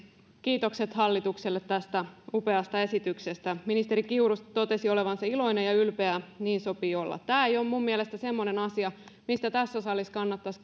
kiitokset hallitukselle tästä upeasta esityksestä ministeri kiuru totesi olevansa iloinen ja ylpeä ja niin sopii olla tämä ei ole minun mielestäni semmoinen asia mistä tässä salissa kannattaisi